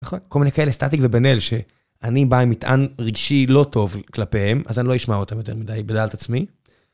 כל מיני כאלה, סטטיק ובן אל, שאני בא עם מטען רגשי לא טוב כלפיהם, אז אני לא אשמע אותם יותר מדי ב... על דעת עצמי.